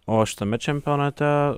o šitame čempionate